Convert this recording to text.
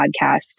podcast